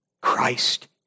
Christ